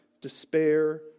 despair